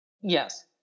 Yes